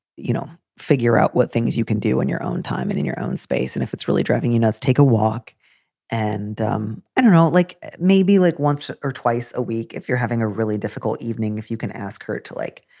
you know, figure out what things you can do in your own time and in your own space. and if it's really driving you nuts, take a walk and um and don't like maybe like once or twice a week if you're having a really difficult evening. if you can ask her to, like,